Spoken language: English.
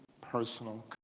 personal